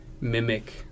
mimic